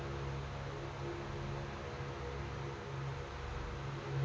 Tomato ಬೆಳೆಯಲ್ಲಿ ದುಂಡಾಣು ಗಜ್ಗಿ ವ್ಯಾಧಿ ತಡಿಯೊದ ಹೆಂಗ್?